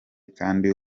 kandi